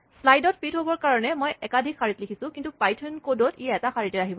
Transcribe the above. slide ত fit হ'বৰ কাৰণে মই একাধিক শাৰীত লিখিছোঁ কিন্তু পাইথন কড ত ই এটা শাৰীতে আহিব